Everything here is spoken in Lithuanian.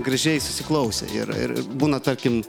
gražiai susiklausę ir ir būna tarkim